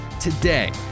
Today